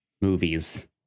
movies